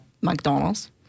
McDonald's